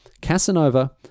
Casanova